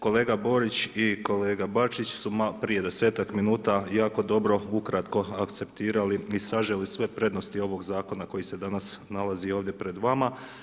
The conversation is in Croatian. Kolega Borić i kolega Bačić su prije desetak minuta jako dobro ukratko akceptirali i saželi sve prednosti ovog zakona koji se danas nalazi ovdje pred vama.